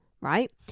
right